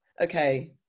Okay